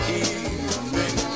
evening